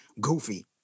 goofy